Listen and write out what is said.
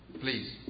Please